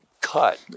cut